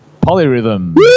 polyrhythm